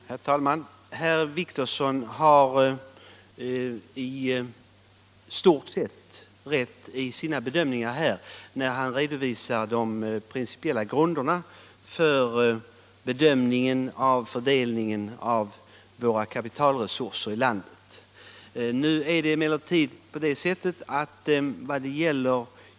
Herr talman! Herr Wictorsson har i stort sett rätt när han redovisar de principiella grunderna för bedömningen av fördelningen av vårt lands kapitalresurser.